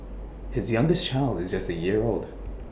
his youngest child is just A year old